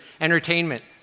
entertainment